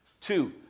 Two